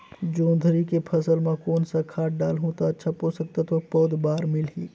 जोंदरी के फसल मां कोन सा खाद डालहु ता अच्छा पोषक तत्व पौध बार मिलही?